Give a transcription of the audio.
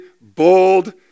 bold